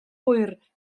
hwyr